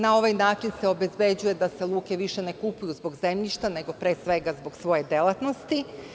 Na ovaj način se obezbeđuje da se luke više ne kupuju zbog zemljišta, nego pre svega zbog svoje delatnosti.